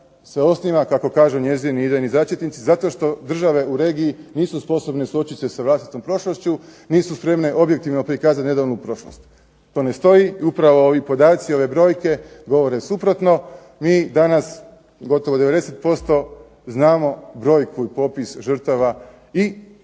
se osniva, kako kažu njezini idejni začetnici, zato što države u regiji nisu sposobne suočiti se sa vlastitom prošlošću, nisu spremne objektivno prikazat nedavnu prošlost. To ne stoji i upravo ovi podaci, ove brojke govore suprotno. Mi danas, gotovo 90% znamo brojku i popis žrtava i